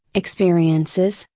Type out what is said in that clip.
experiences,